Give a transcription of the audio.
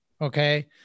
Okay